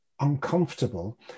uncomfortable